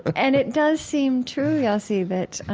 and it does seem true, yossi, that